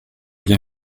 bien